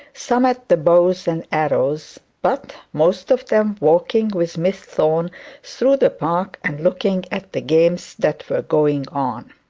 some at the bows and arrows, but most of them walking with miss thorne through the park, and looking at the games that were going on.